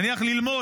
נניח ללמוד.